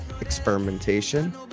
experimentation